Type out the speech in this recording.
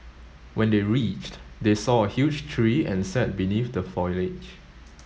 when they reached they saw a huge tree and sat beneath the foliage